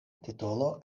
titolo